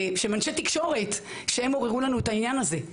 שהם אנשי תקשורת שהם עוררו לנו את העניין הזה.